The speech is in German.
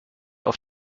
auf